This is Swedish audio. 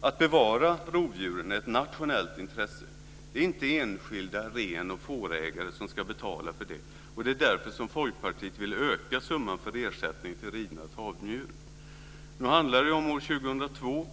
Att bevara rovdjuren är ett nationellt intresse. Det är inte enskilda ren och fårägare som ska betala för det. Det är därför som Folkpartiet vill öka summan till ersättning för rivna tamdjur. Nu handlar det om år 2002.